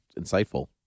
insightful